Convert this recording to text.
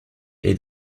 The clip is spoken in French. est